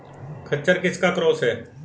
खच्चर किसका क्रास है?